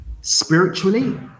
spiritually